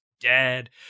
dead